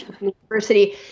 university